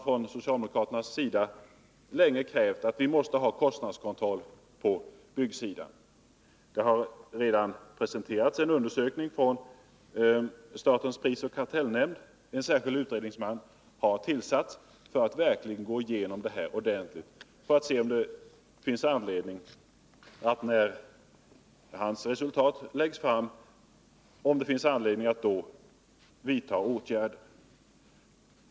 Från socialdemokraternas sida har man länge krävt kostnadskontroll på byggsidan. Nu har det presenterats en undersökning från statens prisoch kartellnämnd, och en särskild utredningsman har tillsatts för att verkligen gå igenom det här ordentligt och se om det finns anledning att vidta åtgärder. 15 Det är betecknande att Oskar Lindkvist ändå är missnöjd.